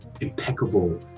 impeccable